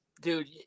dude